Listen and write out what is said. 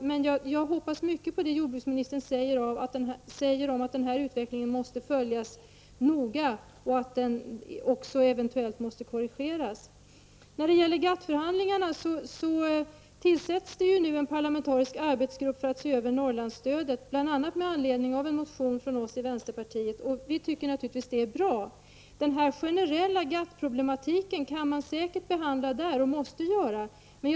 Jag hoppas mycket på det jordbruksministern säger om att den här utvecklingen måste följas noga och att den också eventuellt måste korrigeras. När det gäller GATT-förhandlingarna tillsätts nu en parlamentarisk arbetsgrupp för att se över Norrlandsstödet, bl.a. med anledning av en motion från oss i vänsterpartiet. Vi tycker naturligtvis att det är bra. Den generella GATT-problematiken kan man säkert, och måste, behandla där.